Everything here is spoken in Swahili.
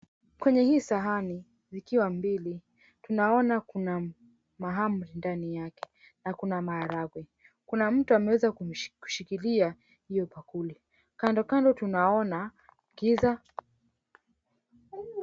Kwenye hii sahani vikiwa mbili, tunaona kuna mahamri ndani yake na kuna maharagwe. Kuna mtu ameweza kushikilia hiyo bakuli. Kando kando tunaona giza.